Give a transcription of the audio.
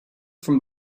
from